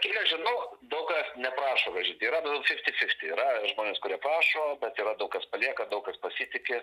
kiek aš žinau daug kas neprašo grąžinti yra bet fiftį fiftį yra žmonės kurie prašo bet yra daug kas palieka daug kas pasitiki